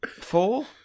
Four